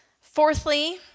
Fourthly